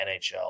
NHL